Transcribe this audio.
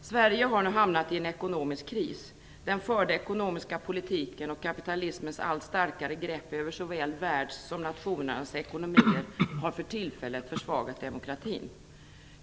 Sverige har nu hamnat i en ekonomisk kris. Den förda ekonomiska politiken och kapitalismens allt starkare grepp över såväl världsekonomin som nationernas ekonomier har för tillfället försvagat demokratin.